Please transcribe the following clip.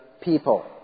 people